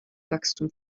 wachstum